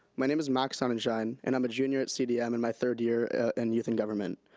my name is max sonnenshine and i'm junior at cdm in my third year in youth in government.